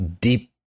deep